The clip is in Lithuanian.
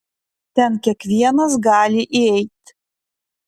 ten kiekvienas gali įeit